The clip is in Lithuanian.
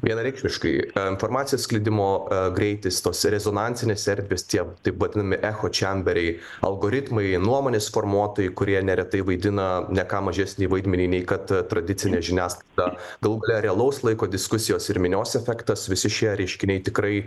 vienareikšmiškai informacijos sklidimo greitis tos rezonansinės erdvės tie taip vadinami echočemberiai algoritmai nuomonės formuotojai kurie neretai vaidina ne ką mažesnį vaidmenį nei kad tradicinė žiniasklaida galų gale realaus laiko diskusijos ir minios efektas visi šie reiškiniai tikrai